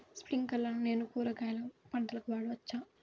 స్ప్రింక్లర్లను నేను కూరగాయల పంటలకు వాడవచ్చా?